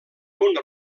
una